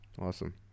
Awesome